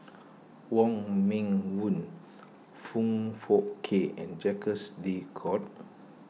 Wong Meng Voon Foong Fook Kay and Jacques De Coutre